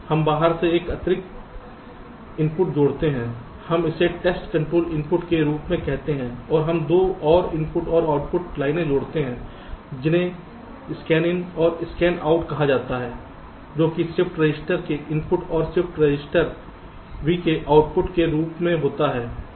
हम बाहर से एक अतिरिक्त अतिरिक्त इनपुट जोड़ते हैं हम इसे टेस्ट कंट्रोल इनपुट के रूप में कहते हैं और हम 2 और इनपुट और आउटपुट लाइनें जोड़ते हैं जिसे Scanin और Scanout कहा जाता है जो कि शिफ्ट रजिस्टर के इनपुट और शिफ्ट रजिस्टर v के आउटपुट के रूप में होता है